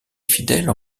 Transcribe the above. fidèles